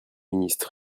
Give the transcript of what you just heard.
ministre